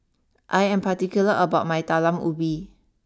I am particular about my Talam Ubi